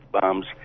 bombs